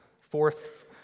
fourth